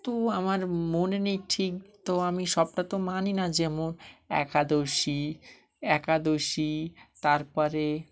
তো আমার মনে নেই ঠিক তো আমি সবটা তো মানি না যেমন একাদশী একাদশী তারপরে